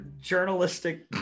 journalistic